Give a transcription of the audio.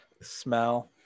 Smell